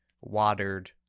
watered